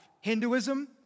Hinduism